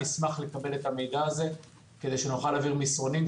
נשמח לקבל את המידע הזה כדי שנוכל להעביר מסרונים.